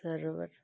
server